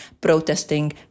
protesting